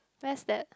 where's that